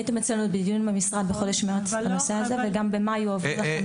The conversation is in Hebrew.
הייתם אצלנו במשרד בדיון בחודש מרץ וגם במאי הועבר אליכם מסמך.